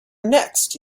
next